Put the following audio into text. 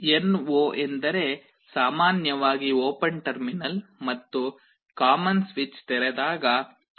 NO ಎಂದರೆ ಸಾಮಾನ್ಯವಾಗಿ open terminal ಮತ್ತು ಕಾಮನ್ ಸ್ವಿಚ್ ತೆರೆದಾಗ ಆಂತರಿಕವಾಗಿ ತೆರೆದಿರುತ್ತವೆ